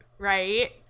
Right